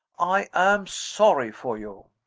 i am sorry for you.